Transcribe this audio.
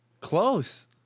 Close